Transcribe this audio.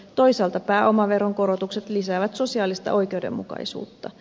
toisaalta pääomaveron korotukset lisäävät sosiaalista oikeudenmukaisuutta